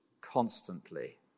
constantly